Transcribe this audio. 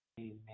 amen